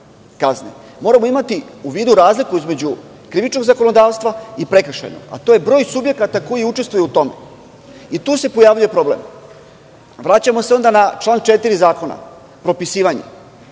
kazne, moramo imati u vidu razliku između krivičnog zakonodavstva i prekršajnog, a to je broj subjekata koji učestvuju u tom i tu se pojavljuje problem. Vraćamo se onda na član 4. zakona, propisivanje,